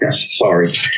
Sorry